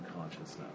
consciousness